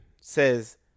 says